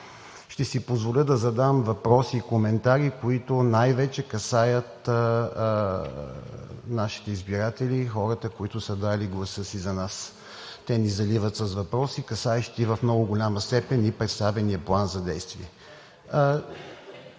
ще си позволя да задам въпроси и коментари, които най-вече касаят нашите избиратели – хората, които са дали гласа си за нас. Те ни заливат с въпроси, касаещи в много голяма степен и представения План за действие.